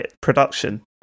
production